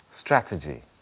strategy